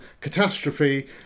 Catastrophe